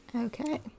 Okay